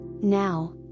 Now